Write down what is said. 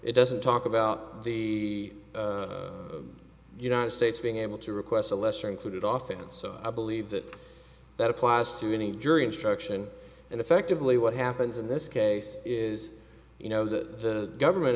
it doesn't talk about the united states being able to request a lesser included often so i believe that that applies to any jury instruction and effectively what happens in this case is you know the government